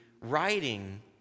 writing